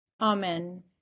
Amen